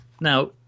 Now